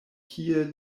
kie